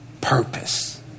purpose